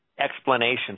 explanation